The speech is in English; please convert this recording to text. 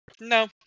No